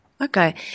Okay